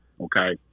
Okay